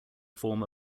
form